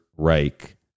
Reich